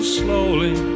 slowly